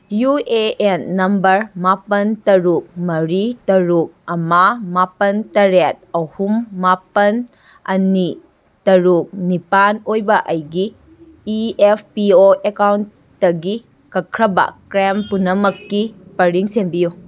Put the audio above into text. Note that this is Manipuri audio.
ꯌꯨ ꯑꯦ ꯑꯦꯟ ꯅꯝꯕꯔ ꯃꯥꯄꯜ ꯇꯔꯨꯛ ꯃꯔꯤ ꯇꯔꯨꯛ ꯑꯃ ꯃꯥꯄꯜ ꯇꯔꯦꯠ ꯑꯍꯨꯝ ꯃꯥꯄꯜ ꯑꯅꯤ ꯇꯔꯨꯛ ꯅꯤꯄꯥꯜ ꯑꯣꯏꯕ ꯑꯩꯒꯤ ꯏ ꯑꯦꯐ ꯄꯤ ꯑꯣ ꯑꯦꯀꯥꯎꯟꯗꯒꯤ ꯀꯛꯈ꯭ꯔꯕ ꯀ꯭ꯔꯦꯝ ꯄꯨꯝꯅꯃꯛꯀꯤ ꯄꯔꯤꯡ ꯁꯦꯝꯕꯤꯌꯨ